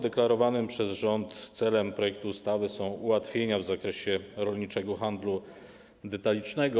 Deklarowanym przez rząd celem projektu ustawy są ułatwienia w zakresie rolniczego handlu detalicznego.